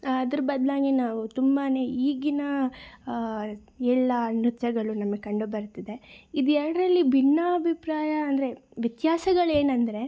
ಅದ್ರ ಬದಲಾಗಿ ನಾವು ತುಂಬಾ ಈಗಿನ ಎಲ್ಲಾ ನೃತ್ಯಗಳು ನಮಗೆ ಕಂಡು ಬರ್ತಿದೆ ಇದು ಎರಡರರಲ್ಲಿ ಭಿನ್ನ ಅಭಿಪ್ರಾಯ ಅಂದರೆ ವ್ಯತ್ಯಾಸಗಳು ಏನಂದರೆ